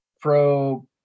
pro